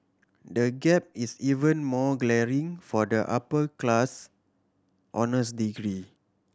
the gap is even more glaring for the upper class honours degree